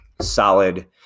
solid